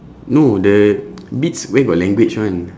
no the beats where got language [one]